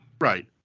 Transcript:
Right